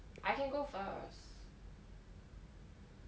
I can go first